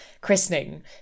christening